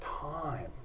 time